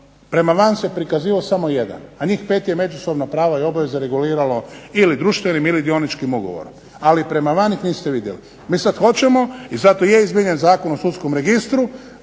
Prema van se prikazivao samo jedan, a njih 5 je međusobno prava i obaveze reguliralo ili društvenim ili dioničkim ugovorom. Ali prema van ih niste vidjeli. Mi sad hoćemo i zato je izmijenjen Zakon o sudskom registru